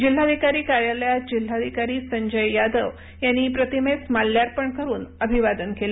जिल्हाधिकारी कार्यालयात जिल्हाधिकारी संजय यादव यांनी प्रतिमेस माल्यार्पण करुन अभिवादन केलं